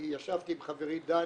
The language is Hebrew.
כי ישבתי עם חברי דני.